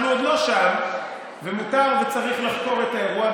אנחנו עוד לא שם, ומותר וצריך לחקור את האירוע.